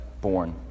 born